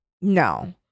No